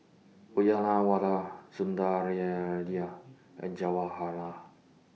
Uyyalawada Sundaraiah and Jawaharlal